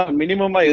minimum